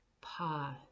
pause